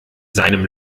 seinem